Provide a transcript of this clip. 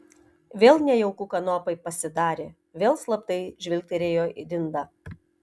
vėl nejauku kanopai pasidarė vėl slaptai žvilgterėjo dindą